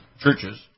churches